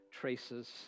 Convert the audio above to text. traces